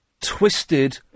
twisted